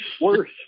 worse